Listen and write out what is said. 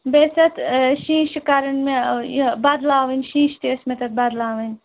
بیٚیہِ ٲسۍ تَتھ شیٖشہٕ کَرٕنۍ مےٚ یہِ بدلاوٕنۍ شیٖشہٕ تہِ ٲسۍ مےٚ تَتھ بَدٕلاوٕنۍ